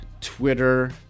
Twitter